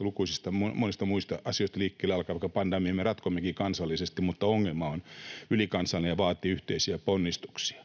lukuisista monista muista asioista liikkeelle lähtien. Vaikka pandemiaa me ratkommekin kansallisesti, ongelma on ylikansallinen ja vaatii yhteisiä ponnistuksia.